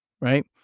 Right